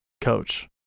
coach